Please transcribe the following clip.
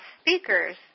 speakers